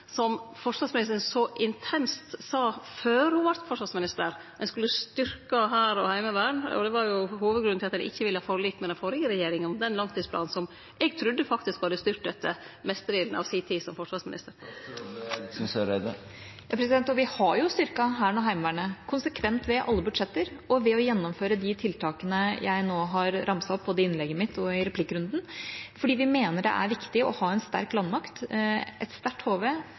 som forsvarsministeren så intenst uttrykte før ho vart forsvarsminister? Ein skulle styrkje hær og heimevern, og det var hovudgrunnen til at ein ikkje ville ha forlik med den førre regjeringa om den langtidsplanen som eg faktisk trudde ho hadde styrt etter mestedelen av si tid som forsvarsminister. Vi har styrket Hæren og Heimevernet konsekvent i alle budsjetter og ved å gjennomføre de tiltakene jeg nå har ramset opp både i innlegget mitt og i replikkrunden, fordi vi mener det er viktig å ha en sterk landmakt, et sterkt HV,